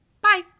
Bye